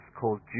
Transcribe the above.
called